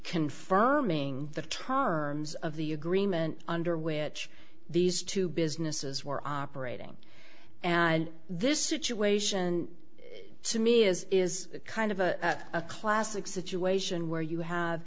confirming the terms of the agreement under which these two businesses were operating and this situation to me is is kind of a a classic situation where you have